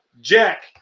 Jack